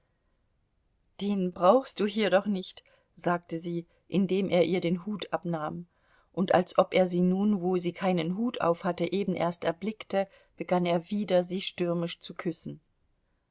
den brauchst du hier doch nicht sagte sie indem er ihr den hut abnahm und als ob er sie nun wo sie keinen hut aufhatte eben erst erblickte begann er wieder sie stürmisch zu küssen